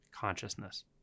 consciousness